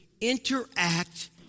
interact